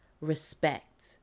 respect